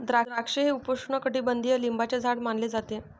द्राक्षे हे उपोष्णकटिबंधीय लिंबाचे झाड मानले जाते